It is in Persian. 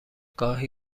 گاهی